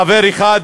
חבר אחד?